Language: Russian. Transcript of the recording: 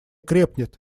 крепнет